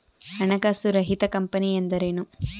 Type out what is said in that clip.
ಹಣಕಾಸು ರಹಿತ ಕಂಪನಿ ಎಂದರೇನು?